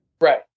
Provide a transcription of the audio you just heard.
Right